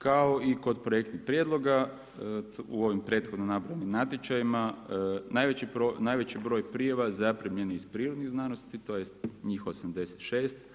Kao i kod projektnih prijedloga u ovim prethodno nabrojanim natječajima, najveći broj prijava zaprimljen je iz prirodnih znanosti, tj. njih 86.